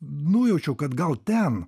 nujaučiau kad gal ten